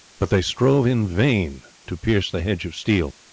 but they strove in vain to pierce the hedge of steel.